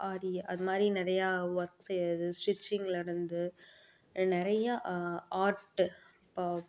ஆரி அது மாதிரி நிறைய ஒர்க் செய்கிறது ஸ்டிச்சிங்லேருந்து நிறைய ஆர்ட் இப்போ